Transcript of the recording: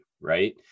right